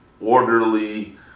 orderly